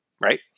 right